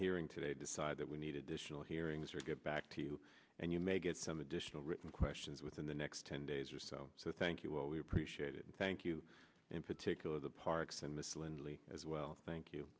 hearing today decide that we need additional hearings or get back to you and you may get some additional written questions within the next ten days or so so thank you all we appreciate it and thank you in particular the parks and miss lindley as well thank you